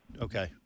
Okay